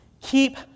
keep